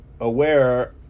aware